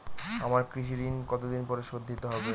আমার কৃষিঋণ কতদিন পরে শোধ দিতে হবে?